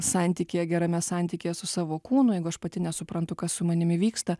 santykyje gerame santykyje su savo kūnu jeigu aš pati nesuprantu kas su manimi vyksta